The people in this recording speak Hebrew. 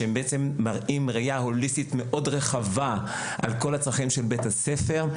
שנותנים ראייה הוליסטית מאוד רחבה על כל הצרכים של בית הספר.